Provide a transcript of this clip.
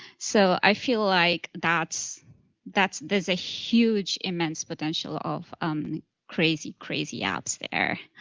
so i feel like that's that's there's a huge, immense potential of um crazy, crazy apps there.